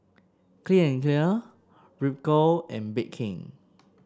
Clean and Clear Ripcurl and Bake King